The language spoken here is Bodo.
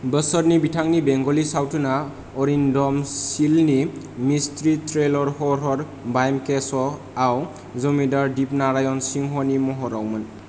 बोसोरनि बिथांनि बेंगली सावथुना अरिंदम सिलनि मिस्ट्री थ्रिलर हर हर ब्यमकेशआव जमीन्दार दीपनारायण सिंहनि महरावमोन